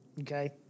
Okay